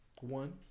one